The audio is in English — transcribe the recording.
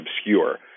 obscure